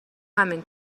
همین